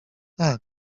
tak